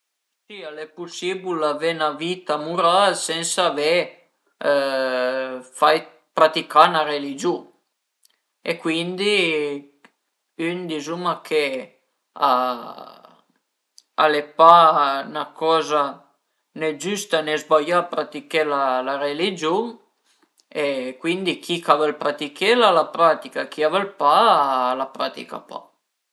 Si al e pusibil avé 'na vita mural sensa avé fait praticà 'na religiun e cuindi ün dizuma che al e pa 'na coza ne giüsta né sbaià pratiché la religiun e cuindi chi ch'a völ pratichela a la pratica e chi a völ pa a la pratica pa